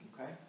Okay